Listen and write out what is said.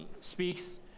speaks